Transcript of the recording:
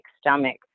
stomach